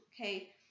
okay